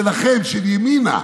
שלכם, של ימינה.